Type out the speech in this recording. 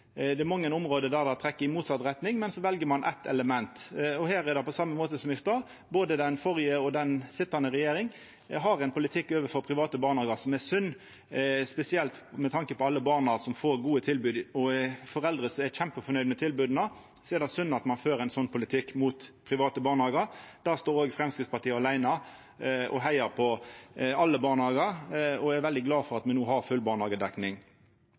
Det er mange område der det trekkjer i motsett retning, men så vel ein eitt element. Og her, overfor private barnehagar, er det – på same måten som det eg nemnde i stad – synd at både den førre og den sitjande regjeringa har ein slik politikk. Spesielt med tanke på alle barna som får gode tilbod, og foreldre som er kjempefornøgde med tilboda, er det synd at ein fører ein slik politikk mot private barnehagar. Der står Framstegspartiet åleine og heiar på alle barnehagar, og eg er veldig glad for at me no har full barnehagedekning.